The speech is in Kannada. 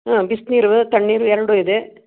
ಹಾಂ ಬಿಸಿ ನೀರೂ ತಣ್ಣೀರು ಎರಡು ಇದೆ